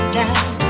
down